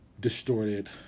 distorted